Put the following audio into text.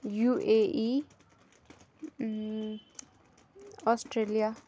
U A E Australia